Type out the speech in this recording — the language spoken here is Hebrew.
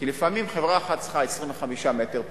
כי לפעמים חברה אחת צריכה 25 מטר תורן,